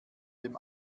dem